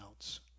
else